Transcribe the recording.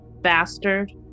bastard